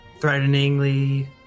threateningly